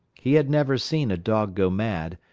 he had never seen a dog go mad,